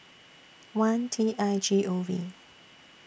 one T I G O V